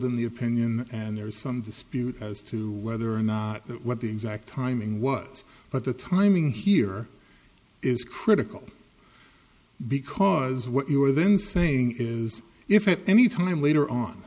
in the opinion and there is some dispute as to whether or not that what the exact timing was but the timing here is critical because what you are then saying is if at any time later on